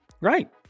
Right